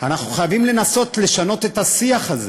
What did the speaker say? אנחנו חייבים לנסות לשנות את השיח הזה.